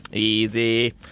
Easy